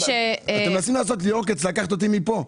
אתם מנסים לעשות לי עוקץ, לקחת אותי מכאן.